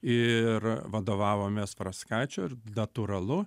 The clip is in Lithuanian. ir vadovavomės fraskačiu ir natūralu